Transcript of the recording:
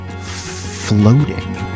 floating